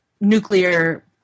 nuclear